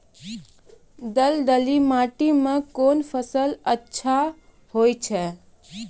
दलदली माटी म कोन फसल अच्छा होय छै?